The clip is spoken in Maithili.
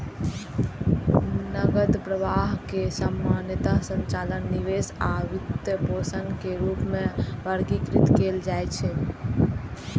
नकद प्रवाह कें सामान्यतः संचालन, निवेश आ वित्तपोषण के रूप मे वर्गीकृत कैल जाइ छै